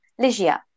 Ligia